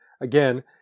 again